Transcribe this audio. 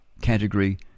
category